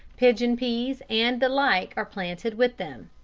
pigeon peas and the like are planted with them.